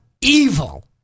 evil